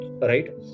right